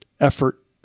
effort